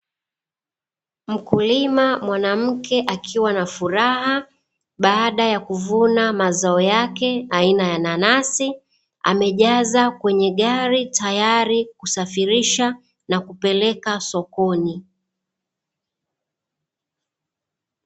Mkulima mwanamke akiwa na furaha, baada ya kuvuna mazao yake, aina ya nanasi, amejaza kwenye gari tayari kusafirisha na kupeleka sokoni.